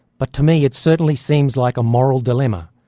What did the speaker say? but to me it certainly seems like a moral dilemma,